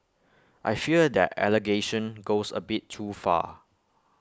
I fear that allegation goes A bit too far